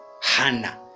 Hannah